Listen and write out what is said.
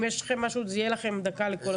אם יש לכם משהו לומר דקה לכל אחד.